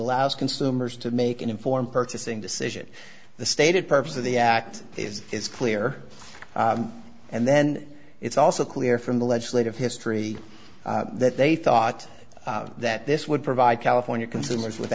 allows consumers to make an informed purchasing decision the stated purpose of the act is is clear and then it's also clear from the legislative history that they thought that this would provide california consumers with